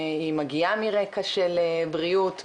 היא מגיעה מרקע של בריאות בגליל,